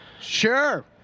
Sure